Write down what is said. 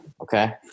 Okay